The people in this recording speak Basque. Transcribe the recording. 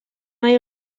nahi